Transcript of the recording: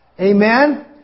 Amen